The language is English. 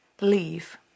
Leave